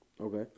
okay